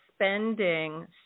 spending